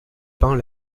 peint